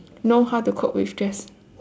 know how to cope with stress